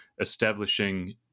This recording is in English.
establishing